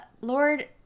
Lord